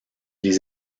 les